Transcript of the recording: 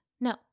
no